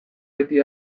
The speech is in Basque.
beti